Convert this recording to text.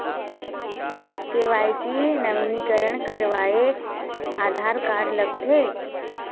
KYC नवीनीकरण करवाये Aadhaar card लगथे?